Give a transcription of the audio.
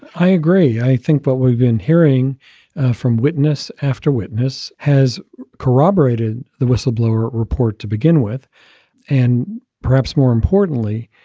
i agree. i think what we've been hearing from witness after witness has corroborated the whistleblower report to begin with and perhaps more importantly,